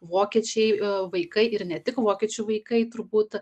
vokiečiai vaikai ir ne tik vokiečių vaikai turbūt